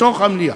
בתוך המליאה,